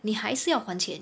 你还是要还钱